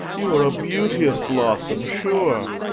you are a beauteous blossom sure.